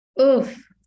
Oof